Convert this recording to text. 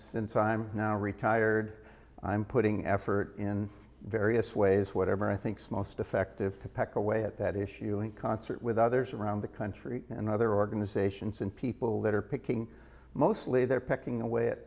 since i'm now retired i'm putting effort in various ways whatever i think's most effective to peck away at that issue in concert with others around the country and other organizations and people that are picking mostly they're picking a